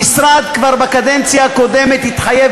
המשרד כבר בקדנציה הקודמת התחייב,